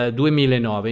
2009